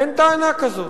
אין טענה כזאת.